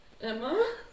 Emma